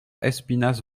espinasse